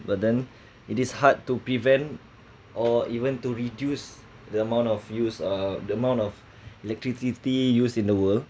but then it is hard to prevent or even to reduce the amount of use uh the amount of electricity used in the world